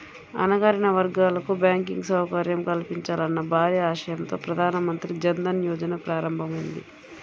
అణగారిన వర్గాలకు బ్యాంకింగ్ సౌకర్యం కల్పించాలన్న భారీ ఆశయంతో ప్రధాన మంత్రి జన్ ధన్ యోజన ప్రారంభమైంది